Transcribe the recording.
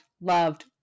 loved